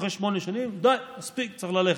אחרי שמונה שנים, די, מספיק, צריך ללכת.